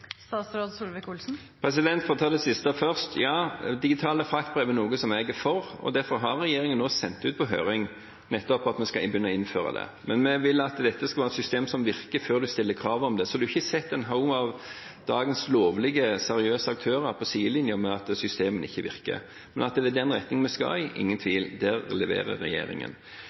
For å ta det siste først: Digitale fraktbrev er noe jeg er for. Derfor har regjeringen nå sendt på høring nettopp om vi skal innføre det. Men vi vil at dette skal være et system som virker før man stiller krav om det, så man ikke setter en haug av dagens lovlige, seriøse aktører på sidelinjen med et system som ikke virker. Men at det er den retningen vi skal i – ingen tvil, og der leverer regjeringen.